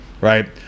right